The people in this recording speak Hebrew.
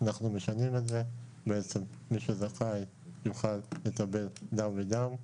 אנחנו משנים את זה ומי שזכאי יוכל לקבל גם וגם.